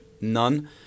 none